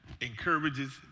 encourages